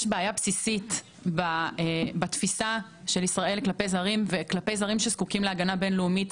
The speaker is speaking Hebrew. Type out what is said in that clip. בעיה בסיסית בתפיסה של ישראל כלפי זרים שזקוקים להגנה בינלאומית.